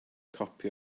copi